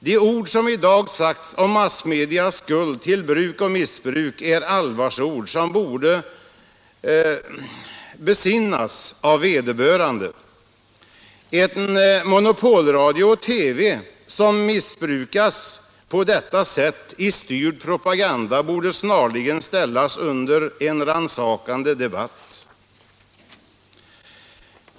De ord som i dag sagts om massmedias skuld till bruk och missbruk är allvarsord, som borde besinnas av vederbörande. En monopolradio och monopol-TV, som missbrukas på detta sätt i styrd propaganda, borde snarligen ställas under en rannsakande debatt.